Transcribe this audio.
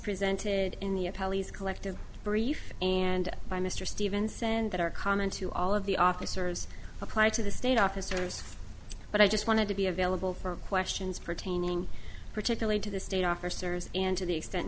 presented in the collective brief and by mr stevens and that are common to all of the officers apply to the state officers but i just wanted to be available for questions pertaining particularly to the state officers and to the extent